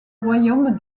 royaume